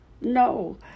No